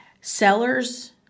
Sellers